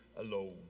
alone